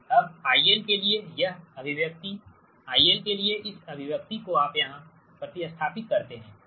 अब IL के लिए यह अभिव्यक्ति IL के लिए इस अभिव्यक्ति को आप यहाँ प्रति स्थापित करते हैं